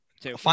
Two